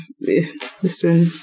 listen